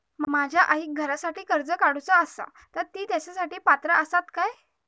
माझ्या आईक घरासाठी कर्ज काढूचा असा तर ती तेच्यासाठी पात्र असात काय?